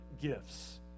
gifts